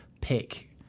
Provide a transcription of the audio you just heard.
pick